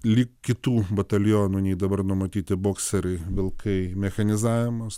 lyg kitų batalionų nei dabar numatyti bokseriai vilkai mechanizavimas